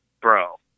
bro